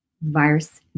Virus